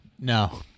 No